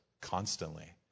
constantly